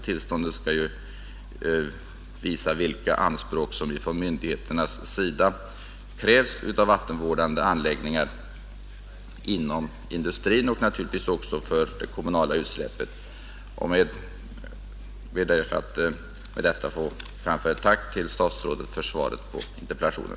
Tillståndet skall visa vilka krav myndigheterna har på vattenvårdande anläggningar inom industrin och naturligtvis också i fråga om kommunala utsläpp. Jag ber med detta att få framföra ett tack till statsrådet för svaret på interpellationen.